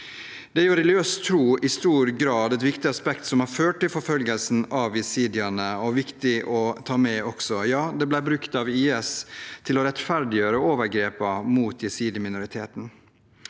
Religiøs tro er i stor grad et viktig aspekt som har ført til forfølgelsen av jesidiene, og det er viktig å ta med. Ja, det ble brukt av IS til å rettferdiggjøre overgrepene mot jesidi-minoriteten.